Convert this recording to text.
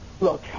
Look